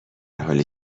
حالی